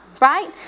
right